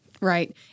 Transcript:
Right